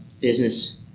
business